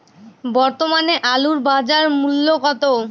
বর্তমানে আলুর বাজার মূল্য কত?